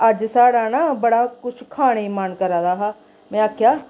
अज्ज साढ़ै न बड़ा कुछ खाने गी मन करा दा हा में आक्खेआ